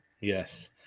Yes